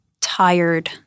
tired